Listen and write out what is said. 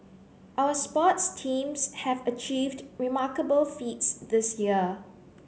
our sports teams have achieved remarkable feats this year